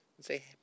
Say